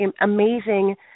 amazing